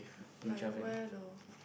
like where though